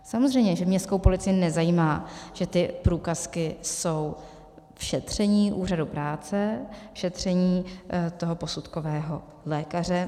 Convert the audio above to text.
Samozřejmě, že městskou policii nezajímá, že ty průkazky jsou v šetření úřadu práce, v šetření posudkového lékaře.